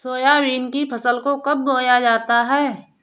Soybean की फसल को कब बोया जाता है?